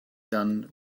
done